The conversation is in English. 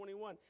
21